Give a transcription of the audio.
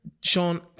Sean